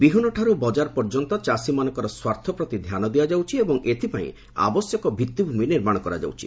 ବିହନଠାରୁ ବଜାର ପର୍ଯ୍ୟନ୍ତ ଚାଷୀମାନଙ୍କର ସ୍ୱାର୍ଥ ପ୍ରତି ଧ୍ୟାନ ଦିଆଯାଉଛି ଏବଂ ଏଥିପାଇଁ ଆବଶ୍ୟକ ଭିତ୍ତିଭୂମି ନିର୍ମାଣ କରାଯାଉଛି